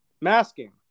masking